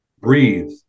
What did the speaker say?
Breathe